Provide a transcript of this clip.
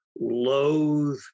loathe